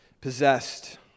possessed